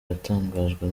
yatangajwe